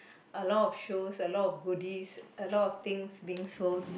a lot of shows a lot of goodies a lot of things being sold